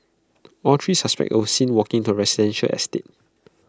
all three suspects were seen walking into A residential estate